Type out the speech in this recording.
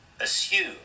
assume